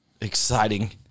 exciting